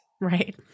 Right